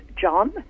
John